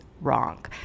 wrong